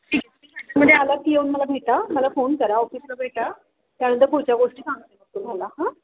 ठीक आहे तुम्ही सातारमध्ये आला की येऊन मला भेटा मला फोन करा ऑफिसला भेटा त्यानंतर पुढच्या गोष्टी सांगते मग तुम्हाला हां